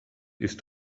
ist